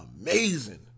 amazing